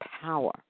power